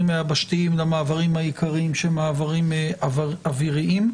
היבשתיים למעברים העיקריים שהם מעברים אוויריים.